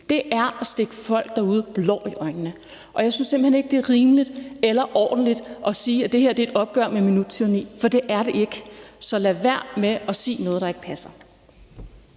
er at stikke folk derude blår i øjnene, og jeg synes simpelt hen ikke, det er rimeligt eller ordentligt at sige, at det her er et opgør med minuttyranni, for det er det ikke. Så lad være med at sige noget, der ikke passer.